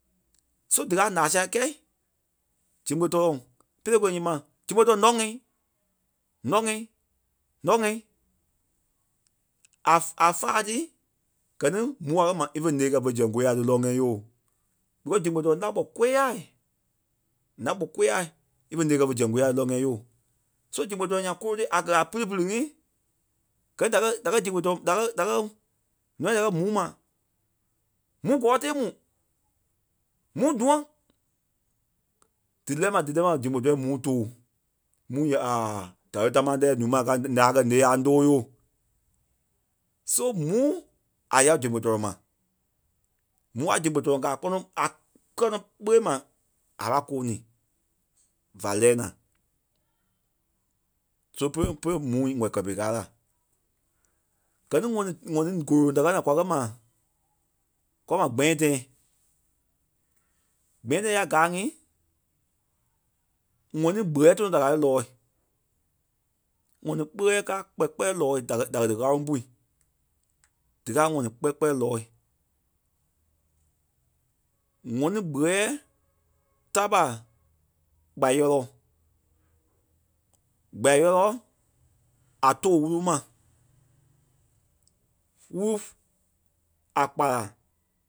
So díkaa ǹaa saa kɛi zegbe-tɔrɔŋ, pelee-geni ǹyɛɛ mai, zegbe-tɔrɔŋ ǹɔ́ ŋɛ́i, ǹɔ́ ŋɛ́i, ǹɔ́ ŋɛ́i. A- a- faâi tí gɛ ní mûu a kɛ̀ ma ífe ǹêi kɛ́ ve zɛŋ kôyaa ti lɔ́ ŋ́ɛi yooo. Because zegbe-tɔrɔŋ lá-gbɔ kôyaa. Ǹá-gbɔ kôyaa ífe ǹêi kɛ́ ve zɛŋ kôyaa ti lɔ́ ŋ́ɛi yooo. So zegbe-tɔrɔŋ nya gúro-tee a kɛ̀ a pili pili ŋí gɛ da kɛ́ da kɛ́ zegbe-tɔrɔŋ da kɛ da kɛ́ nûa da kɛ́ mûu ma. Mûu gɔ́ɔ tée mu. Mûu dûaŋ dí lɛ́ɛ ma dí lɛ́ɛ ma zegbe-tɔrɔŋ e mûu tóo. Mûu ǹyɛɛ aaaa da dáre támaa lɛ́ɛ ǹúu ma ka ti la kɛ ǹêi a ńdoo yoo. So mûu a yao zegbe-tɔrɔŋ ma. Mûu a zegbe-tɔrɔŋ kaa kpɔnɔ a kɛ̀ nɔ kpɛi ma a pâi kɔɔnii va lɛɛ naa. So pere- pere mûui wɔ̀ kɛ́ pere kaa la. Gɛ ni ŋɔni ŋɔni gúro da káa naa kwa kɛ̀ ma gbɛɛ-tɛ̃ɛ. Gbɛɛ-tɛ̃ɛɓa ya gaa ŋí ŋɔni gbéɣeɛɛ tɔnɔ da ka ti lɔɔ̂i. ŋɔni kpéɣɛɛ káa kpɛ kpɛ lɔɔ̂i díkɛ díkɛ dí ŋáloŋ pui. Dikaa a ŋɔni kpɛ kpɛ lɔɔ̂i. ŋɔni gbeɣeɛɛ ta ɓa kpayɔlɔ. Gbayɔlɔ a tóo wúru ma wu- a kpala